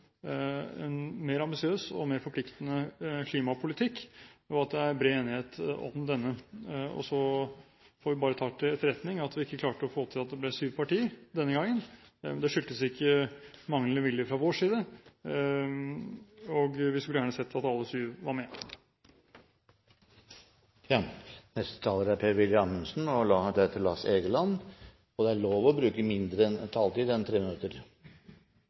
en mer ambisiøs og mer forpliktende klimapolitikk, og at det er bred enighet om denne. Så får vi bare ta til etterretning at vi ikke klarte å få til at det ble syv partier denne gangen. Det skyldes ikke manglende vilje fra vår side. Vi skulle gjerne sett at alle syv var med. Neste taler er Per-Willy Amundsen. Det er lov å bruke mindre taletid enn 3 minutter